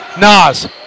Nas